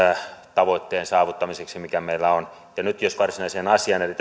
tavoitteen saavuttamiseksi mikä meillä on nyt jos menen varsinaiseen asiaan eli